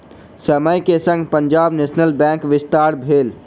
समय के संग पंजाब नेशनल बैंकक विस्तार भेल